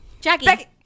Jackie